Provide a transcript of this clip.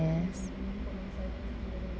nice